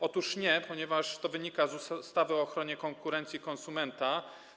Otóż nie, ponieważ to wynika z ustawy o ochronie konkurencji i konsumentów.